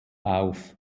auf